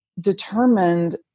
determined